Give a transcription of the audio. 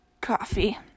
coffee